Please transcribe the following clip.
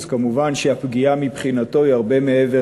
אז מובן שהפגיעה מבחינתו היא הרבה מעבר